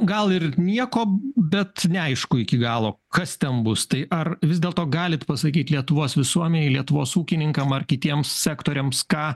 gal ir nieko bet neaišku iki galo kas ten bus tai ar vis dėlto galit pasakyt lietuvos visuomenei lietuvos ūkininkam ar kitiem sektoriams ką